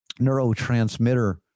neurotransmitter